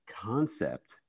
concept